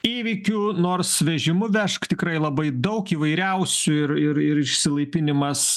įvykių nors vežimu vežk tikrai labai daug įvairiausių ir ir ir išsilaipinimas